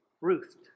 Ruth